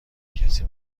کسی